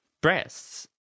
breasts